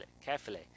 carefully